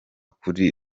kuri